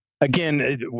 again